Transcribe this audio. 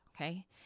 Okay